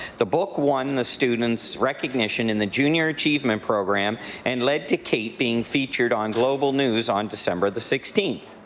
the book won the student's recognition in the junior achievement program and led to kate being featured on global news on december the sixteenth.